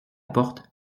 porte